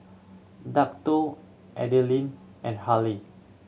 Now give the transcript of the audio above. Dakotah Adilene and Harlie